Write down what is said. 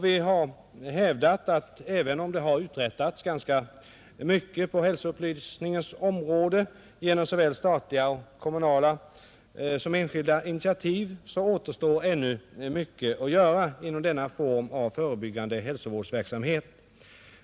Vi har hävdat att även om det har uträttats ganska mycket på hälsoupplysningens område genom såväl statliga och kommunala som enskilda initiativ, så återstår ännu mycket att göra inom den förebyggande hälsovårdsverksamheten.